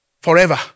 forever